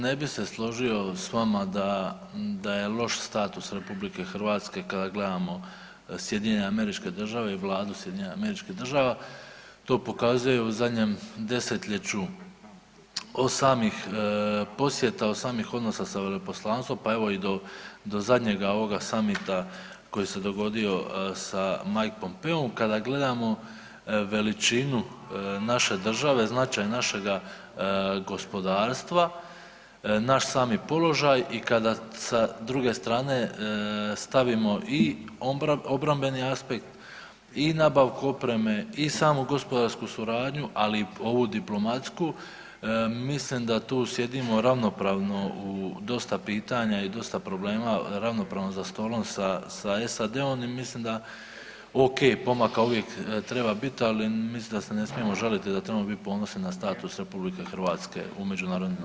Ne bi se složio s vama da je loš status RH kada gledamo SAD i vladu SAD-a, to pokazuje u zadnjem desetljeću od samih posjeta, od samih odnosa sa veleposlanstvom pa evo i do zadnjeg ovog summita koji se dogodio sa Michael POmpeom kada gledamo veličinu naše države, značaj našega gospodarstva, naš sam položaj i kada sa druge strane stavimo i obrambeni aspekt i nabavku opreme i samu gospodarsku suradnju, ali i ovu diplomatsku mislim da tu sjedimo ravnopravno u dosta pitanja i dosta problema, ravnopravno za stolom sa SAD-om i mislim da ok pomaka uvijek treba bit, ali mislim da se ne smijemo žaliti da trebamo biti ponosni na status RH u međunarodnim odnosima.